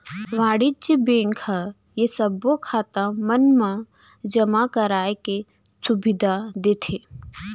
वाणिज्य बेंक ह ये सबो खाता मन मा जमा कराए के सुबिधा देथे